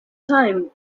time